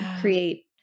create